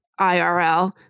IRL